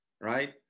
right